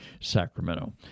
Sacramento